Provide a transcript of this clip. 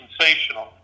sensational